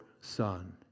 son